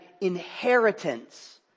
inheritance